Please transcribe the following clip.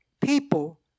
people